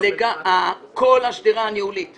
כמעט כל השדרה הניהולית